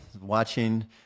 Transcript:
watching